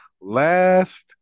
last